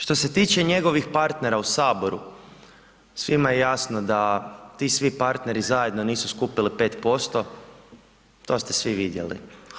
Što se tiče njegovih partnera u Saboru, svima je jasno da ti svi partneri zajedno nisu skupili 5%, to ste svi vidjeli.